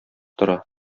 тора